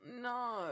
no